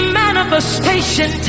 manifestation